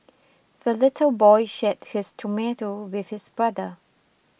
the little boy shared his tomato with his brother